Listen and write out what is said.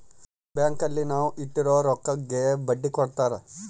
bank ಅಲ್ಲಿ ನಾವ್ ಇಟ್ಟಿರೋ ರೊಕ್ಕಗೆ ಬಡ್ಡಿ ಕೊಡ್ತಾರ